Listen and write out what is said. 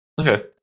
Okay